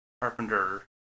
Carpenter